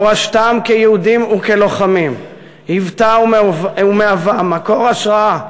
מורשתם כיהודים וכלוחמים היוותה ומהווה מקור השראה